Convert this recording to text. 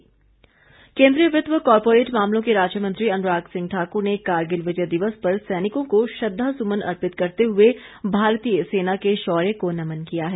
अनुराग ठाकुर केंद्रीय वित्त व कॉर्पोरेट मामलों के राज्य मंत्री अनुराग सिंह ठाकुर ने कारगिल विजय दिवस पर सैनिकों को श्रद्वासुमन अर्पित करते हुए भारतीय सेना के शौर्य को नमन किया है